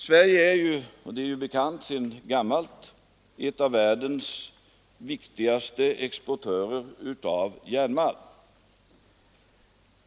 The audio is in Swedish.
Sverige är ju — det är bekant sedan gammalt — en av världens viktigaste exportörer av järnmalm.